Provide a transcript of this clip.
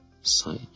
sight